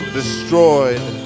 destroyed